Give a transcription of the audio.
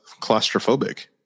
claustrophobic